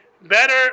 better